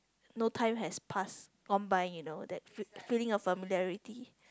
no time has passed gone by you know that f~ feeling of familiarity